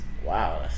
Wow